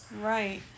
Right